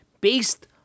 based